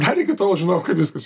dar iki tol žinojau kad viskas